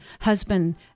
husband